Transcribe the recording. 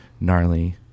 gnarly